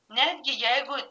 netgi jeigu